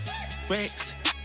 Rex